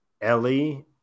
Ellie